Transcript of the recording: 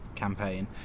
campaign